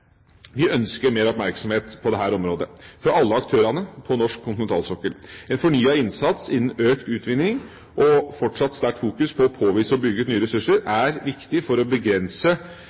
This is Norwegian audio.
vi ønsker mer oppmerksomhet på disse områdene fra alle aktørene på norsk kontinentalsokkel. En fornyet innsats innen økt utvinning og fortsatt sterkt fokus på å påvise og å bygge ut nye ressurser, er viktig for å begrense